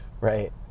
right